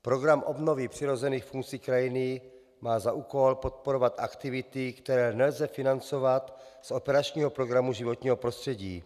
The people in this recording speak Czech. Program obnovy přirozených funkcí krajiny má za úkol podporovat aktivity, které nelze financovat z operačního programu Životní prostředí.